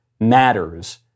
matters